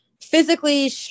Physically